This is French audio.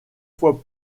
fois